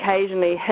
occasionally